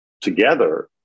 together